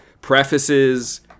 prefaces